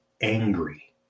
angry